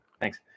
thanks